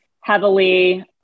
heavily